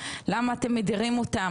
למה אתם מדירים אותם?